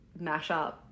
mashup